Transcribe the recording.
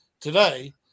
today